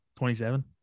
27